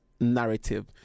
narrative